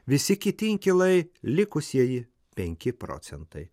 visi kiti inkilai likusieji penki procentai